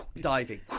diving